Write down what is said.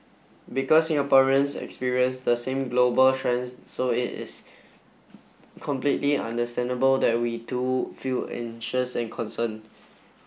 because Singaporeans experience the same global trends so it is completely understandable that we too feel anxious and concerned